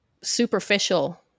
superficial